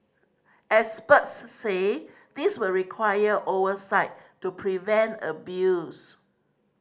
experts say this will require oversight to prevent abuse